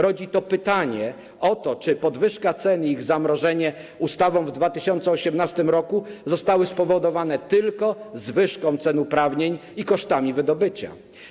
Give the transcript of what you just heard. Rodzi to pytanie o to, czy podwyżka cen i ich zamrożenie ustawą w 2018 r. zostały spowodowane tylko zwyżką cen uprawnień i kosztami wydobycia.